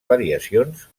variacions